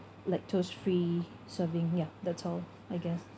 lactose free serving ya that's all I guess